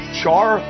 char